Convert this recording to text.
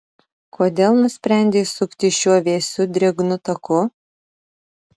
kodėl nusprendei sukti šiuo vėsiu drėgnu taku